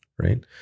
Right